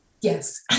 Yes